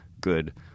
good